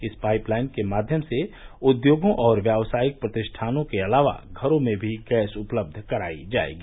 इस pipeline के माध्यम से उद्योगों और व्यावसायिक प्रतिष्ठानों के अलावा घरों में भी गैस उपलब्ध करायी जायेगी